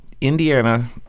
Indiana